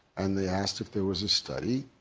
and they asked if there was a study,